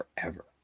forever